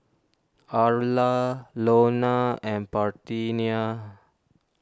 Arla Lona and Parthenia